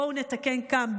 בואו נתקן כאן,